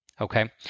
Okay